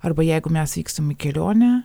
arba jeigu mes vykstam į kelionę